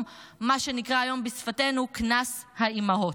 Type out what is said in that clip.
מה שנקרא היום בשפתנו "קנס האימהות".